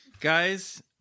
Guys